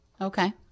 Okay